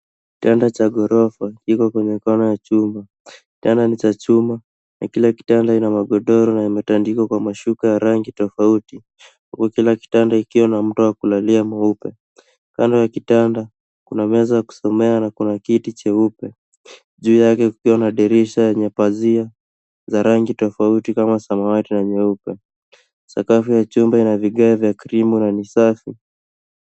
Kitanda cha ghorofa iko kwenye chumba. Kitanda ni cha chuma na kila kitanda ina magodoro na mashuka ya rangi tofauti huku kila kitanda ikiwa na mto kulalia mweupe. Kando ya kitanda kuna meza ya kusomea na kuna kiti cheupe juu yake kukiwa na dirisha yenye pazia na rangi tofauti kama samawati na nyeupe. Sakafu ya chumba ina vigae ya krimu na ni safi.